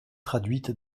traduite